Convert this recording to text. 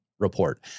report